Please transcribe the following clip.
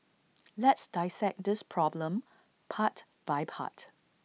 let's dissect this problem part by part